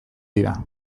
dira